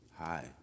Hi